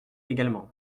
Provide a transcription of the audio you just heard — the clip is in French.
également